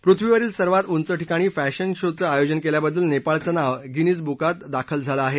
पृथ्वीवरील सर्वात उंच ठिकाणी फॅशन शोचं आयोजन केल्याबद्दल नेपाळचं नाव गिनीज बुकात नोंद झालं आहे